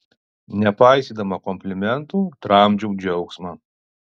nepaisydama komplimentų tramdžiau džiaugsmą